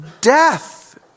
death